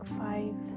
five